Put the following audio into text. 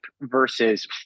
versus